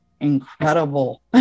incredible